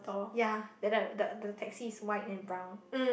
ya then the the the taxi is white and brown